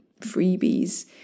freebies